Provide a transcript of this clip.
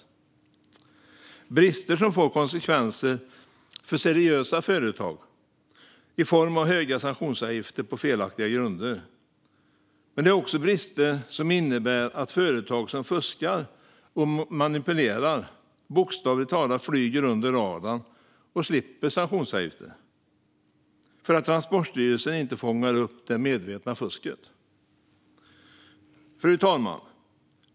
Det är brister som får konsekvenser för seriösa företag i form av höga sanktionsavgifter på felaktiga grunder. Det är också brister som innebär att företag som fuskar och manipulerar bokstavligt talat flyger under radarn och slipper sanktionsavgifter för att Transportstyrelsen inte fångar upp det medvetna fusket. Fru talman!